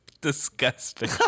disgusting